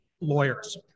lawyers